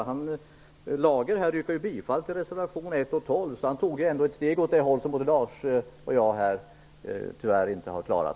Per Lager yrkade ju bifall till reservationerna 1 och 12, så han tog ändå ett steg åt rätt håll, vilket Lars Stjernström och jag tyvärr inte har klarat.